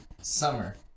Summer